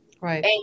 Right